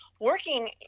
working